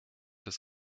des